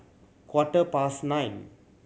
quarter past nine